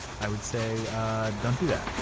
i would say don't do that.